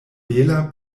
bela